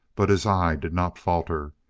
but his eye did not falter.